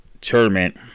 tournament